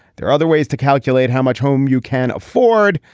there are other ways to calculate how much home you can afford.